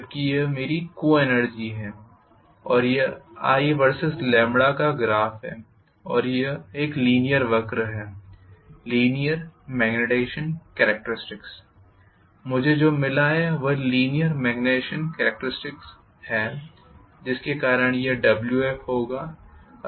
जबकि यह मेरी को एनर्जी है और यह Vs i का ग्राफ़ है और यह एक लीनीयर वक्र है लीनीयर मेग्नेटाईज़ेशन कॅरेक्टरिस्टिक्स मुझे जो मिला है वह लीनीयर मेग्नेटाईज़ेशन कॅरेक्टरिस्टिक्स है जिसके कारण यह wf होगा